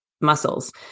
muscles